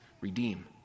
redeem